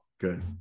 Good